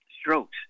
strokes